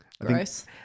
Gross